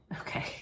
Okay